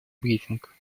брифинг